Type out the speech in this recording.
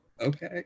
Okay